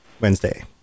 Wednesday